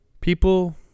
People